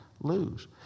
lose